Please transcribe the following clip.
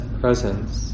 presence